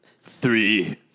Three